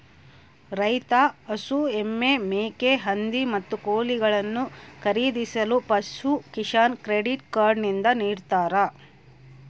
ರೈತ ಹಸು, ಎಮ್ಮೆ, ಮೇಕೆ, ಹಂದಿ, ಮತ್ತು ಕೋಳಿಗಳನ್ನು ಖರೀದಿಸಲು ಪಶುಕಿಸಾನ್ ಕ್ರೆಡಿಟ್ ಕಾರ್ಡ್ ನಿಂದ ನಿಡ್ತಾರ